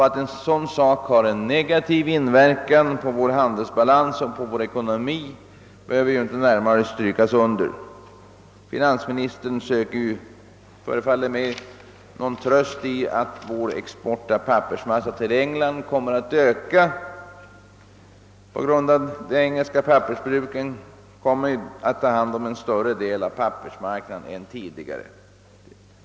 Att en sådan utveckling kan ha negativ inverkan på vår handelsbalans och på vår ekonomi behöver inte närmare understrykas. Finansministern söker — förefaller det mig — någon tröst i att vår export av pappersmassa till England kommer att öka på grund av att de engelska pappersbruken kommer att ta hand om en större del av pappersmarknaden än tidigare.